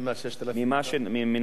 מנכון להיום.